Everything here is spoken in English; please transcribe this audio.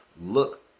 look